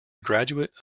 graduate